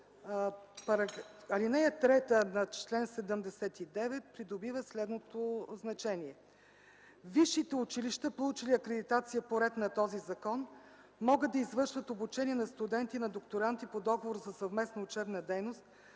Алинея 3 на чл. 79 придобива следното значение: „(3) Висшите училища, получили акредитация по реда на този закон, могат да извършват обучение на студенти и на докторанти по договор за съвместна учебна дейност